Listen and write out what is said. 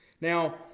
now